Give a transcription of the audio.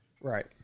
Right